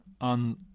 on